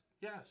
Yes